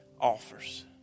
offers